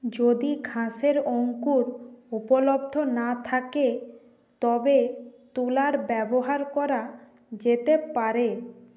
যদি ঘাসের অঙ্কুর উপলব্ধ না থাকে তবে তুলার ব্যবহার করা যেতে পারে